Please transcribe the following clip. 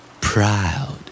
Proud